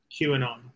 QAnon